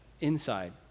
inside